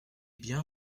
bien